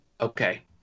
Okay